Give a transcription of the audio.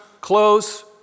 close